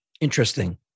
Interesting